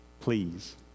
Please